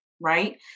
right